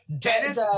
dennis